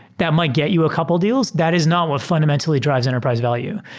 that might get you a couple deals. that is not what fundamentally dr ives enterprise value.